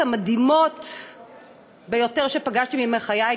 המדהימות ביותר שפגשתי בימי חיי,